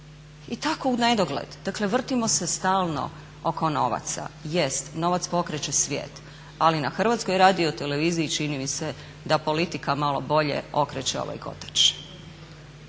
I tako u nedogled, dakle vrtimo se stalno oko novaca. Jest, novac pokreće svijet ali na HRT-u čini mi se da politika malo bolje okreće ovaj kotač.